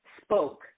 spoke